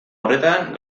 horretan